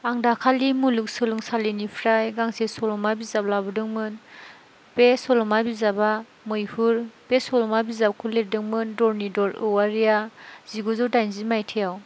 आं दाखालि मुलुगसोलोंसालिनिफ्राय गांसे सल'मा बिजाब लाबोदोंमोन बे सल'मा बिजाबा मैहुर बे सल'मा बिजाबखौ लिरदोंमोन धरनिधर औवारिया जिगुजौ दाइनजि मायथायाव